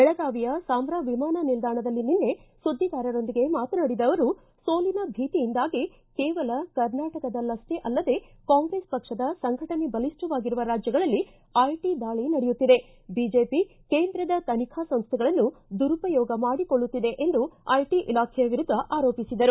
ಬೆಳಗಾವಿಯ ಸಾಂಬ್ರಾ ವಿಮಾನ ನಿಲ್ದಾಣದಲ್ಲಿ ನಿನ್ನೆ ಸುದ್ದಿಗಾರರೊಂದಿಗೆ ಮಾತನಾಡಿದ ಅವರು ಸೋಲಿನ ಭೀತಿಯಿಂದಾಗಿ ಕೇವಲ ಕರ್ನಾಟಕದಲ್ಲವ್ವೇ ಅಲ್ಲದೇ ಕಾಂಗ್ರೆಸ್ ಪಕ್ಷದ ಸಂಘಟನೆ ಬಲಿಷ್ಠವಾಗಿರುವ ರಾಜ್ಯಗಳಲ್ಲಿ ಐಟಿ ದಾಳಿ ನಡೆಯುತ್ತಿದೆ ಬಿಜೆಪಿ ಕೇಂದ್ರದ ತನಿಖಾ ಸಂಸ್ವೆಗಳನ್ನು ದುರುಪಯೋಗ ಮಾಡಿಕೊಳ್ಳುತ್ತಿದೆ ಎಂದು ಐಟಿ ಇಲಾಖೆಯ ವಿರುದ್ದ ಆರೋಪಿಸಿದರು